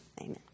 amen